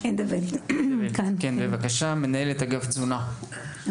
מנהלת אגף התזונה,